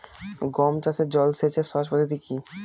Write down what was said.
গম চাষে জল সেচের সহজ পদ্ধতি কি?